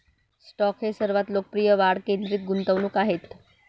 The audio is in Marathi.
स्टॉक हे सर्वात लोकप्रिय वाढ केंद्रित गुंतवणूक आहेत